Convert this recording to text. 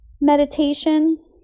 meditation